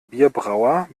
bierbrauer